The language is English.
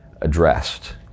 addressed